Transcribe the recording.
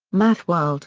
mathworld.